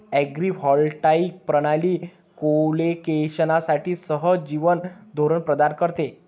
agrivoltaic प्रणाली कोलोकेशनसाठी सहजीवन धोरण प्रदान करते